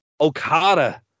Okada